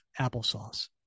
applesauce